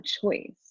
choice